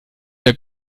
der